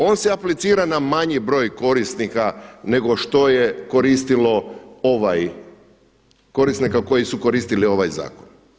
On se aplicira na manji broj korisnika nego što je koristilo ovaj korisnika koji su koristili ovaj zakon.